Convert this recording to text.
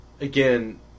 again